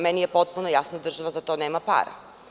Meni je potpuno jasno da država za to nema para.